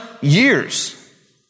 years